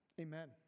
Amen